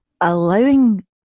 allowing